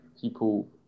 people